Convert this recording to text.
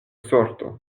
sorto